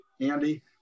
Andy